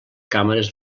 càmeres